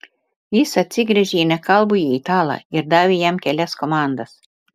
jis atsigręžė į nekalbųjį italą ir davė jam kelias komandas